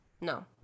No